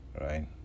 right